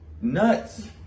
nuts